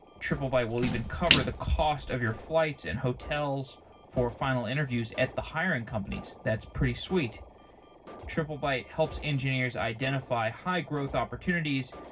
triplebyte will even cover the cost of your flights and hotels for final interviews at the hiring companies. that's pretty sweet triplebyte helps engineers identify high-growth opportunities,